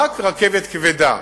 רק רכבת כבדה.